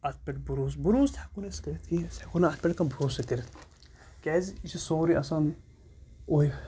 اَتھ پٮ۪ٹھ بُروس بُروس تہِ ہٮ۪کو نہٕ أسۍ کٔرِتھ کینٛہہ أسۍ ہٮ۪کو نہٕ اَتھ پٮ۪ٹھ کانٛہہ بَروسَے کٔرِتھ کیٚازِ یہِ چھِ سورُے آسان